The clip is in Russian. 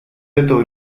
этого